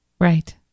Right